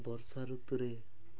ବର୍ଷା ଋତୁରେ